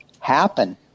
happen